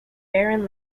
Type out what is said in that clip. barren